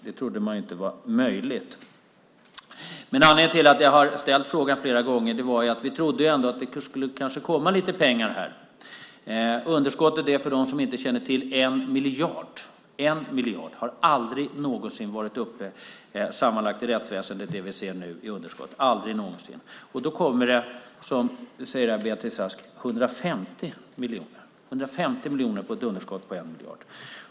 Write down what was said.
Det trodde man ju inte var möjligt. Anledningen till att jag flera gånger har frågat om detta är att vi ändå trott att det kanske skulle komma lite pengar. För dem som inte känner till det kan jag säga att underskottet är 1 miljard . Aldrig någonsin har underskottet sammanlagt i rättsväsendet varit uppe i de siffror vi nu ser. I det läget kommer det, säger Beatrice Ask, 150 miljoner, samtidigt som det alltså är ett underskott på 1 miljard!